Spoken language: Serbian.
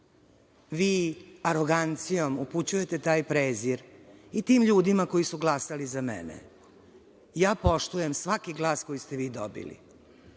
vi arogancijom upućujete taj prezir i tim ljudima koji su glasali za mene. Poštujem svaki glas koji ste vi dobili,